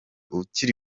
ukiri